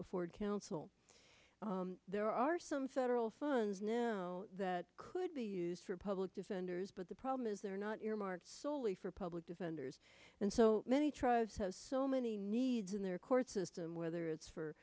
afford counsel there are some federal funds now that could be used for public defenders but the problem is they're not your mark foley for public defenders and so many tribes has so many needs in their court system whether it's for